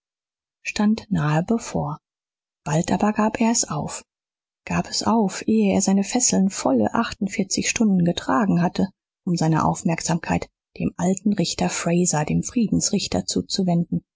stand nahe bevor bald aber gab er es auf gab es auf ehe er seine fesseln volle stunden getragen hatte um seine aufmerksamkeit dem alten richter frazer dem friedensrichter zuzuwenden